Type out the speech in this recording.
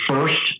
first